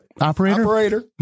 Operator